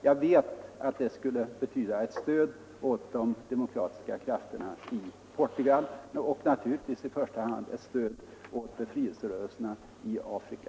Jag vet att det skulle betyda ett stöd åt de demokratiska krafterna i Portugal och naturligtvis i första hand ett stöd åt befrielserörelserna i Afrika.